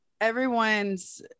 everyone's